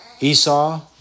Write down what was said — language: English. Esau